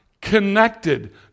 connected